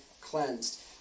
cleansed